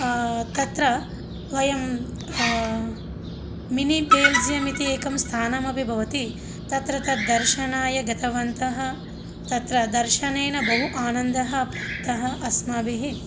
तत्र वयं मिनि पेल्सियं इति एकं स्तानं अपि भवति तत्र तद्दर्शनाय गतवन्तः तत्र दर्शनेन बहु आनन्दः प्राप्तः अस्माभिः